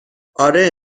آره